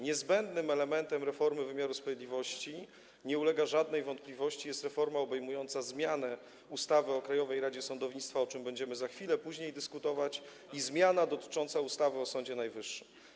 Niezbędnym elementem reformy wymiaru sprawiedliwości, nie ulega żadnej wątpliwości, jest reforma obejmująca zmianę ustawy o Krajowej Radzie Sądownictwa, o czym będziemy chwilę później dyskutować, i zmiana dotycząca ustawy o Sądzie Najwyższym.